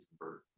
convert